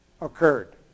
occurred